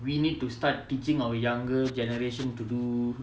we need to start teaching our younger generation to do